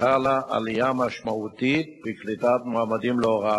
וכן לייעד את קליטתם להוראת